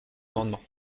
amendement